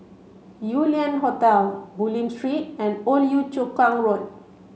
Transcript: Yew Lian Hotel Bulim Street and Old Yio Chu Kang Road